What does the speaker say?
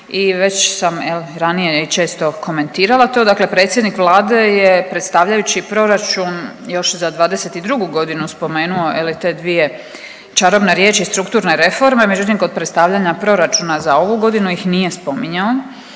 i već sam ranije često komentirala to. Dakle predsjednik Vlade je predstavljajući proračun još za '22.g. spomenuo te dvije čarobne riječi strukturne reforme, međutim kod predstavljanja proračuna za ovu godinu ih nije spominjao,